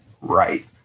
right